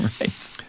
Right